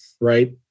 right